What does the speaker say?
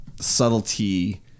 subtlety